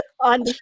on